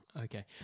Okay